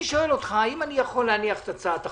אני שואל אותך, האם אני יכול להניח את הצעת החוק,